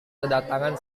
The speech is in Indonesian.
kedatangan